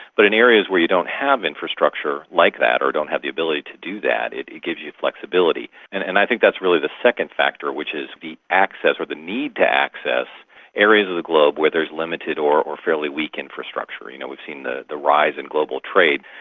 but in areas where you don't have infrastructure like that, or don't have the ability to do that, it it gives you flexibility. and and i think that's really the second factor, which is the access, or the need to access areas of the globe where there's limited or or fairly weak infrastructure. you know, we've seen the the rise in global trade,